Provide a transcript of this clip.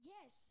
Yes